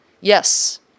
Yes